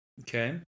Okay